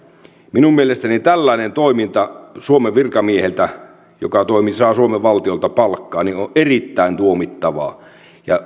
minun mielestäni tällainen toiminta suomen virkamieheltä joka saa suomen valtiolta palkkaa on erittäin tuomittavaa ja